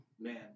Man